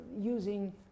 using